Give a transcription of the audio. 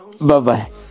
Bye-bye